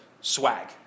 swag